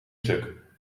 stuk